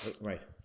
right